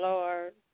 Lord